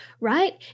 right